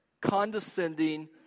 condescending